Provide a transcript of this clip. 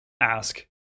ask